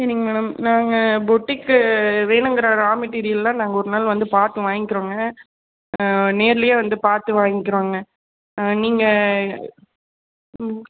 சரிங்க மேடம் நாங்கள் பொட்டிக்கு வேணுங்கிற ரா மெட்டிரியெல்லாம் நாங்கள் ஒரு நாள் வந்து பார்த்து வாங்கிக்கிறோங்க நேரிலையே வந்து பார்த்து வாங்கிக்கிறோங்க நீங்கள் ம்